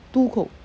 two coke